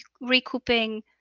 recouping